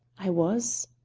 i was.